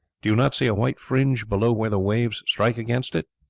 do you not see a white fringe below where the waves strike against it?